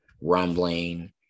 rumbling